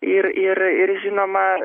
ir ir ir žinoma